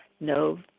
No